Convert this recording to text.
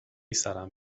سرم